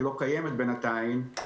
שלא קיימת בינתיים,